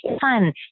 fun